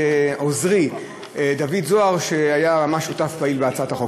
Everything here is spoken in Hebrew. ולעוזרי דוד זוהר, שהיה ממש שותף פעיל בהצעת החוק.